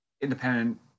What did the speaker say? independent